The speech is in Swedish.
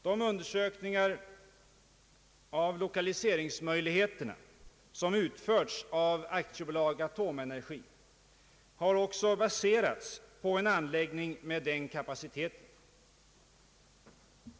De undersökningar av lokaliseringsmöjligheterna som utförts av AB Atomenergi har också baserats på en anläggning med den kapaciteten.